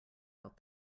out